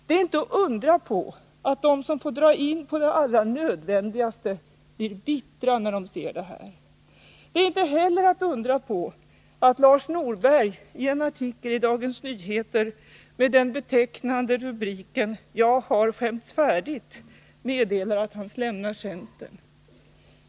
Det är inte att undra på att de som får dra in på det allra nödvändigaste blir bittra när de ser det. Det är inte heller att undra på att Lars Norberg i en artikel i Dagens Nyheter med den betecknande titeln ”Jag har skämts färdigt” meddelar att han lämnar centern.